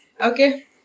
Okay